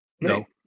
No